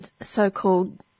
so-called